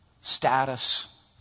Status